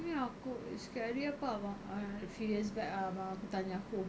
ni aku sikit hari apa ah few years back ah abang aku tanya aku